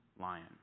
lion